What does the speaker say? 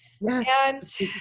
Yes